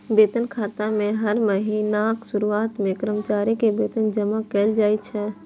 वेतन खाता मे हर महीनाक शुरुआत मे कर्मचारी के वेतन जमा कैल जाइ छै